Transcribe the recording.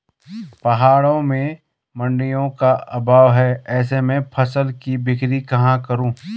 पहाड़ों में मडिंयों का अभाव है ऐसे में फसल की बिक्री कहाँ करूँ?